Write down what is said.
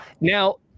Now